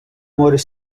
more